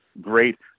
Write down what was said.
great